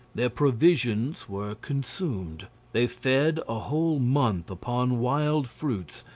their provisions were consumed they fed a whole month upon wild fruits,